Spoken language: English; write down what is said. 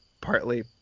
partly